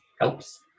helps